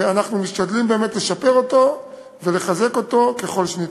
ואנחנו משתדלים באמת לשפר אותו ולחזק אותו ככל שניתן.